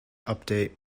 update